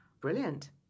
Brilliant